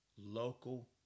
local